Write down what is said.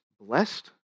blessed